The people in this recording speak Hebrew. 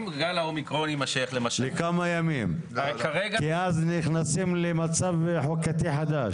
אם גל האומיקרון יימשך --- לכמה ימים כי אז נכנסים למצב חוקתי חדש.